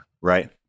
Right